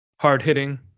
hard-hitting